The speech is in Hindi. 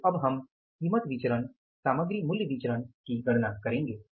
तो अब हम कीमत विचरण सामग्री मूल्य विचरण की गणना करेंगे